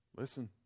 Listen